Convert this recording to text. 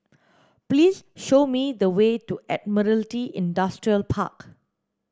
please show me the way to Admiralty Industrial Park